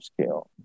scale